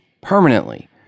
permanently